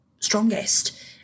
strongest